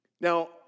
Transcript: Now